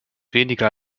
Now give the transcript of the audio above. weniger